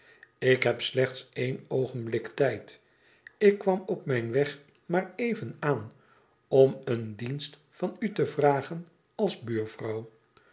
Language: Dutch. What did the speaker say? ik heb slechts één oogenblik tijd ik kwam op mijn weg maar even aan om een dienst van u te vragen als buurvrouw